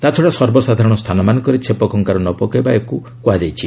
ତା'ଛଡ଼ା ସର୍ବସାଧାରଣ ସ୍ଥାନମାନଙ୍କରେ ଛେପଖଙ୍କାର ନ ପକାଇବାକୁ ମଧ୍ୟ କୁହାଯାଉଛି